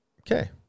Okay